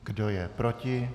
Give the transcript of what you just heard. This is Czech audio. Kdo je proti?